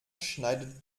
schneidet